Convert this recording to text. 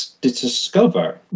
discover